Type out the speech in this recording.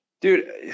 dude